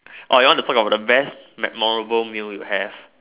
or you want the talk about the best memorable meal you have